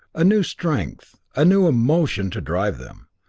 a new strength, a new emotion to drive them,